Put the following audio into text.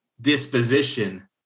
disposition